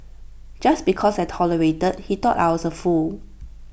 just because I tolerated he thought I was A fool